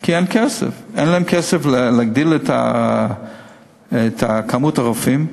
כי אין כסף, אין להן כסף להגדיל את כמות הרופאים.